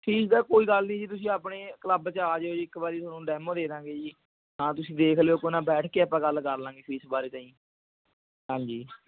ਠੀਕ ਹੈ ਕੋਈ ਗੱਲ ਨਹੀਂ ਜੀ ਤੁਸੀਂ ਆਪਣੇ ਕਲੱਬ 'ਚ ਆ ਜਿਓ ਜੀ ਇੱਕ ਵਾਰੀ ਤੁਹਾਨੂੰ ਡੈਮੋ ਦੇ ਦਾਂਗੇ ਜੀ ਤਾਂ ਤੁਸੀਂ ਦੇਖ ਲਿਓ ਕੋਈ ਨਾ ਬੈਠ ਕੇ ਆਪਾਂ ਗੱਲ ਕਰ ਲਾਂਗੇ ਫੀਸ ਬਾਰੇ ਤਾਂ ਜੀ ਹਾਂਜੀ